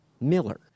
Miller